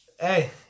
Hey